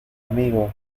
amigo